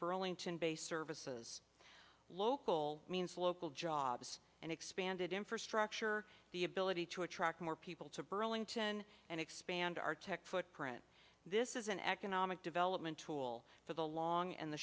burlington based services local means local jobs and expanded infrastructure the ability to attract more people to burlington and expand our tech footprint this is an economic development tool for the long and the